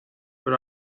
but